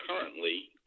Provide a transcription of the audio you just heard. currently